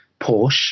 Porsche